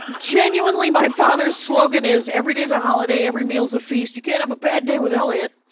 genuinely, my father's slogan is, every day's a holiday, every meal's a feast. you can't have a bad day with elliott